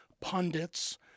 pundits